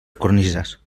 cornises